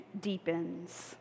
deepens